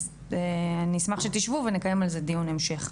אני אשמח שתשבו ונקיים על זה דיון המשך.